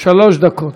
שלוש דקות.